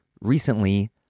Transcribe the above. Recently